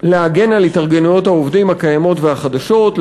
להגן על התארגנויות העובדים הקיימות והחדשות,